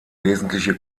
wesentliche